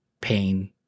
pain